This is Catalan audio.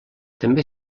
també